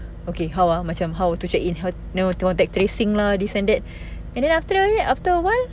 okay how ah macam how to check in how know contact tracing lah this and that and then after that after awhile